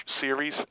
series